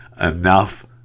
enough